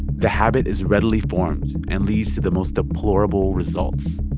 the habit is readily formed and leads to the most deplorable results.